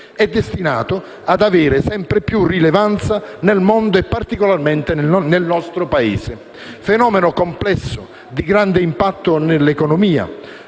è destinato ad avere sempre più rilevanza nel mondo e, in particolare, nel nostro Paese. Fenomeno complesso, di grande impatto sull'economia,